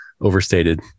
overstated